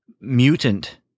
mutant